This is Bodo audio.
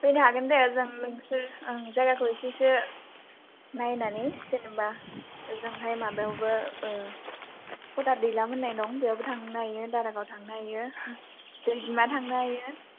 फैनो हागोन दे जों नोंसोर आं जायगाखौ एसेसो नायनानै जेन'बा ओजोंहाय माबायावबो ओ फोथार दैलां होन्नाय दं बेवबो थांनो हायो दारागाव थांनो हायो दै बिमा थांनो हायो